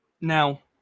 Now